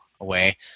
away